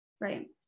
Right